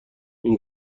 این